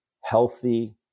healthy